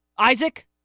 Isaac